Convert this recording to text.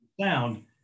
sound